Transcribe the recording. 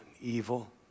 evil